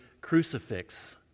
crucifix